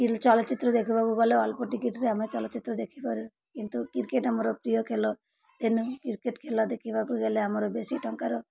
କି ଚଲଚ୍ଚିତ୍ର ଦେଖିବାକୁ ଗଲେ ଅଳ୍ପଟିକିରିରେ ଆମେ ଚଳଚ୍ଚିତ୍ର ଦେଖିପାରୁ କିନ୍ତୁ କ୍ରିକେଟ୍ ଆମର ପ୍ରିୟ ଖେଲ ତେନୁ କ୍ରିକେଟ୍ ଖେଲ ଦେଖିବାକୁ ଗଲେ ଆମର ବେଶୀ ଟଙ୍କାର